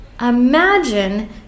imagine